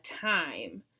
time